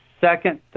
Second